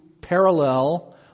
parallel